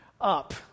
up